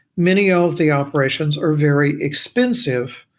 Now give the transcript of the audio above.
many of the operations are very expensive,